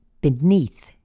beneath